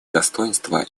достоинства